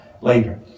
later